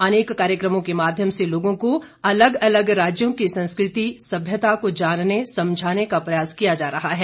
अनेक कार्यक्रमों के माध्यम से लोगों को अलग अलग राज्यों की संस्कृति सभ्यता को जानने समझाने का प्रयास किया जा रहा है